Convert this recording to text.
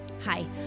Hi